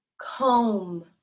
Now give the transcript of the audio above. comb